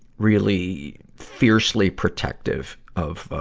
really fiercely protective of, ah,